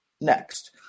next